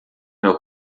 meu